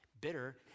Bitter